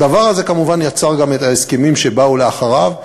הדבר הזה כמובן יצר גם את ההסכמים שבאו לאחריו,